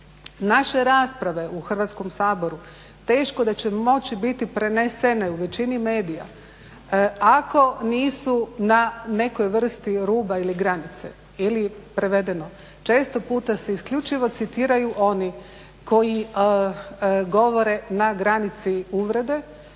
Naše rasprave u Hrvatskom saboru teško da će moći biti prenesene u većini medija ako nisu na nekoj vrsti ruba ili granice. Ili prevedeno, često puta se isključivo citiraju oni koji govore na granici uvrede